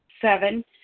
Seven